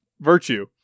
virtue